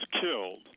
killed